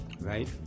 right